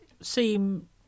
seem